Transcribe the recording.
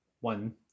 One